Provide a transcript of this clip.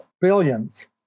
billions